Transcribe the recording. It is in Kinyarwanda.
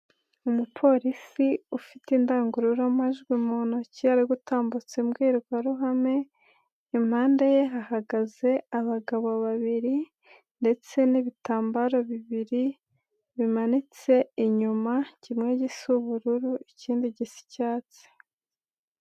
Umupolisi ufite indangururamajwi mu ntoki ari gutambutsa imbwirwaruhame, impanda ye hahagaze abagabo babiri ndetse n'ibitambaro bibiri bimanitse inyuma kimwe gisa ubururu, ikindi gisa icyatsi.